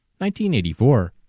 1984